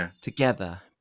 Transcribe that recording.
together